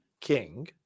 King